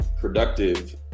productive